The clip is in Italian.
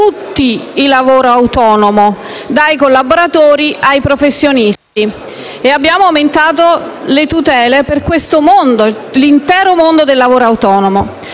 tutto il lavoro autonomo, dai collaboratori ai professionisti, e abbiamo aumentato le tutele per questo mondo, l'intero mondo del lavoro autonomo.